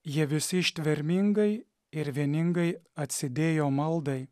jie visi ištvermingai ir vieningai atsidėjo maldai